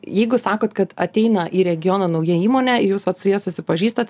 jeigu sakot kad ateina į regioną nauja įmonė jūs vat su ja susipažįstat